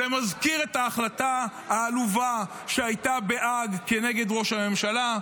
זה מזכיר את ההחלטה העלובה שהייתה בהאג נגד ראש הממשלה,